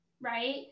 right